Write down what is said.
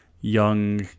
young